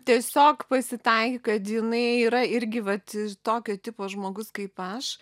tiesiog pasitaikė kad jinai yra irgi vat tokio tipo žmogus kaip aš